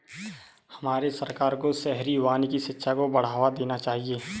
हमारे सरकार को शहरी वानिकी शिक्षा को बढ़ावा देना चाहिए